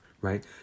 right